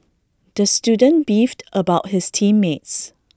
the student beefed about his team mates